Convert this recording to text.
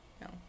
No